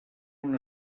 una